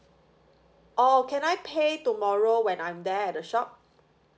oh can I pay tomorrow when I'm there at the shop